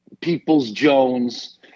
Peoples-Jones